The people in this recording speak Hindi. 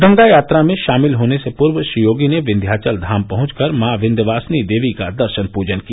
गंगा यात्रा में शामिल होने से पूर्व श्री योगी ने विंध्याचल धाम पहुंचकर मां विंध्यवासिनी देवी का दर्शन पूजन किया